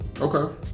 okay